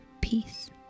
peace